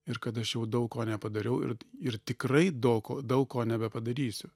ir kad aš jau daug ko nepadariau ir ir tikrai daug ko daug ko nebepadarysiu